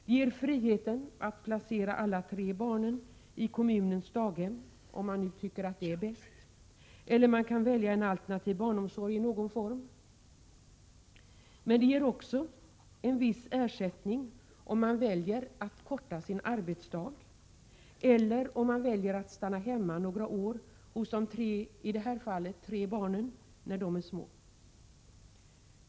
Det ger frihet att placera alla tre barnen i kommunens daghem, om familjen tycker att det är bäst, eller i någon form av alternativ barnomsorg. Det ger också en viss ersättning för den som väljer att förkorta sin arbetsdag och för den som väljer att stanna hemma några år hos barnen då de är små.